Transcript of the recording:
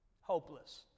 hopeless